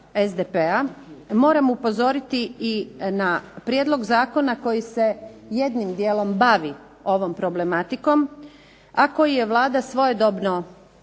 SDP-a moram upozoriti i na prijedlog zakona koji se jednim dijelom bavi ovom problematikom a koji je Vlada svojedobno